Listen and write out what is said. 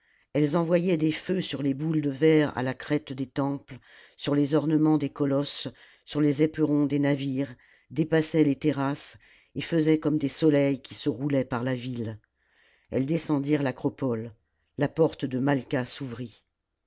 elles envoyaient des feux sur les boules de verre à la crête des temples sur les ornements des colosses sur les éperons des navires dépassaient les terrasses et faisaient comme des soleils qui se roulaient par la ville elles descendirent l'acropole la porte de malqua s'ouvrit